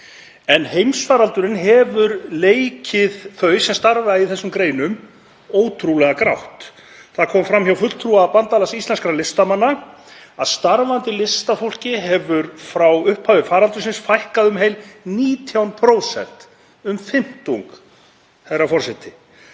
en heimsfaraldur hefur leikið þau sem starfa í þessum greinum ótrúlega grátt. Það kom fram hjá fulltrúa Bandalags íslenskra listamanna að starfandi listafólki hefur frá upphafi faraldursins fækkað um heil 19%, um fimmtung, herra forseti.